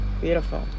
Beautiful